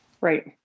Right